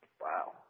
Wow